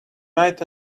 might